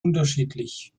unterschiedlich